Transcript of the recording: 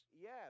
yes